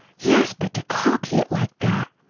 yes but to copy it like that!